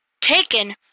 taken